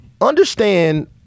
understand